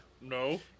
No